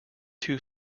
two